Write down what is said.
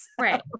Right